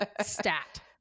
stat